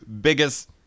biggest